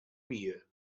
via